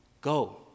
go